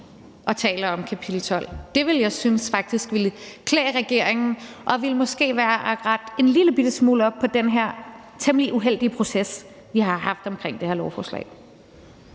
og taler om kapitel 12. Det ville jeg synes faktisk ville klæde regeringen, og det ville måske rette en lillebitte smule op på den her temmelig uheldige proces, vi har haft omkring det her lovforslag.